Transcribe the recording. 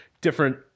different